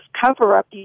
cover-up